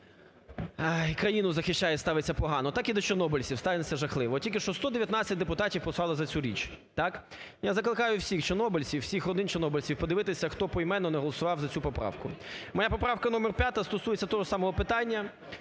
і країну захищають, ставиться погано, так і до чорнобильців ставиться жахливо. Тільки що 119 депутатів голосували за цю річ. Я закликаю всіх чорнобильців, всі родини чорнобильців подивитися, хто поіменно не голосував за цю поправку. Моя поправка номер 5 стосується того самого питання.